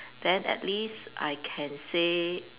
then at least I can say